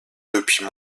depuis